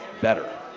better